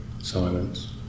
silence